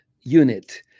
unit